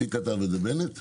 מי כתב את זה, בנט?